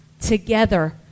together